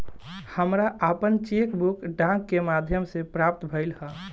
हमरा आपन cheque book डाक के माध्यम से प्राप्त भइल ह